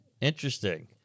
Interesting